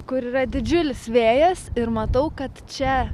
kur yra didžiulis vėjas ir matau kad čia